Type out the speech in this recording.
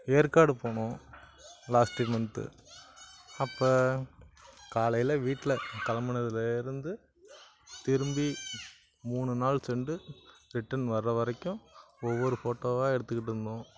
ஏற்காடு போனோம் last month அப்போ காலையில் வீட்டில் கிளம்புனதுல இருந்து திரும்பி மூணு நாள் சென்று ரிட்டன் வர்கிற வரைக்கும் ஒவ்வொரு ஃபோட்டோவாக எடுத்துகிட்டு இருந்தோம்